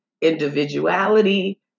individuality